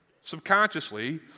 subconsciously